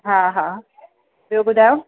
हा हा ॿियो ॿुधायो